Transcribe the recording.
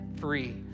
free